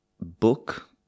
book